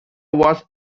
was